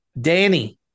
Danny